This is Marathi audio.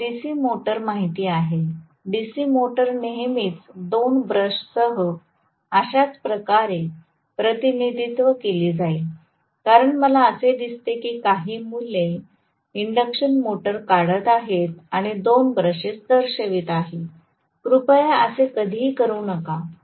आपणास डीसी मोटर माहित आहे डीसी मोटर नेहमीच दोन ब्रशसह अशाच प्रकारे प्रतिनिधित्व केली जाते कारण मला असे दिसते की काही मुले इंडक्शन मोटर काढत आहेत आणि दोन ब्रशेस दर्शवित आहेत कृपया असे कधीही करु नका